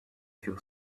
few